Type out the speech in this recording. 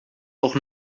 auch